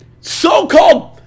so-called